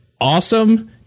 awesome